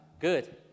Good